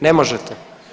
Ne možete.